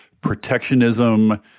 Protectionism